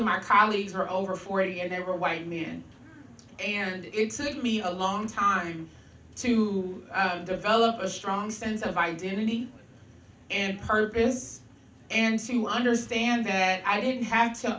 of my colleagues are over forty and there were white men and it saved me a long time to develop a strong sense of identity and purpose and seem to understand that i didn't have to